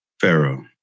Pharaoh